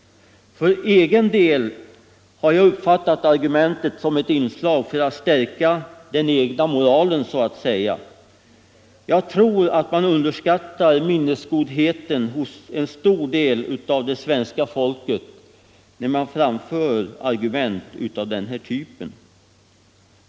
Jag har uppfattat argumentet som ett inslag för att stärka den egna moralen. Jag tror att moderaterna underskattar minnesgodheten hos det mycket stora flertalet av svenska folket när de framför argument av den här typen.